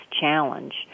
challenge